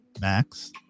Max